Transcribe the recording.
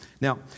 Now